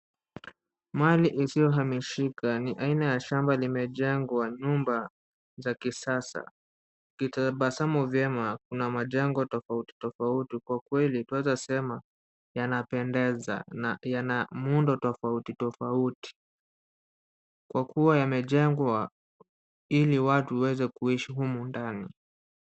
Mali isiyohamishika ni aina ya shamba limejengwa nyumba za kisasa. Ukitabasamu vyema kuna majengo tofauti tofauti. Kwa kweli twaweza sema yanapendeza na yana muundo tofauti tofauti. Kwa kuwa yamejengwa ili watu waweze kuishi humu ndani.